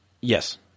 Yes